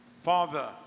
Father